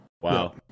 Wow